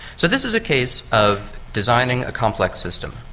so this is a case of designing a complex system.